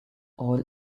all